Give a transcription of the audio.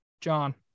John